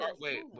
wait